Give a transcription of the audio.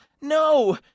No